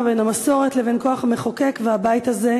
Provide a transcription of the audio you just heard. בין המסורת לבין כוח המחוקק והבית הזה,